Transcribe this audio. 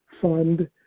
fund